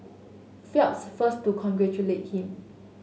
Phelps first to congratulate him